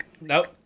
Nope